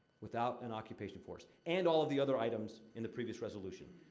without an occupation force. and all of the other items in the previous resolution.